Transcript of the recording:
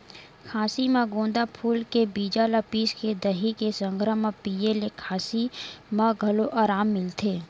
खाँसी म गोंदा फूल के बीजा ल पिसके दही के संघरा म पिए ले खाँसी म घलो अराम मिलथे